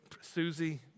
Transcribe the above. Susie